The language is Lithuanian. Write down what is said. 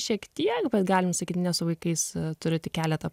šiek tiek bet galim sakyt ne su vaikais turiu tik keletą